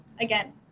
Again